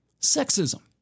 Sexism